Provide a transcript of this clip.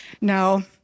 Now